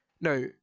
No